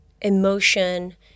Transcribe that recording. emotion